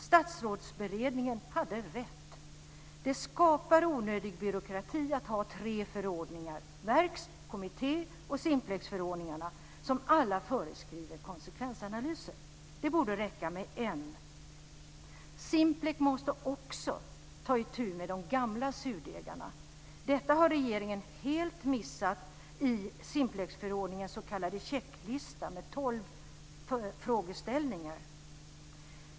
Statsrådsberedningen hade rätt. Det skapar onödig byråkrati att ha tre förordningar; verks-, komitté och Simplexförordningarna, som alla föreskriver konsekvensanalyser. Det borde räcka med en. Simplex måste också ta itu med de gamla surdegarna. Detta har regeringen helt missat i Simplexförordningens s.k. checklista med 12 frågeställningar.